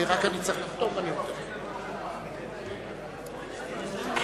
הצעת חוק התובלה האווירית (תיקון מס'